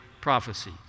prophecy